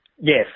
Yes